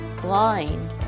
blind